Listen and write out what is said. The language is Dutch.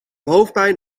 hoofdpijn